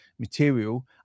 material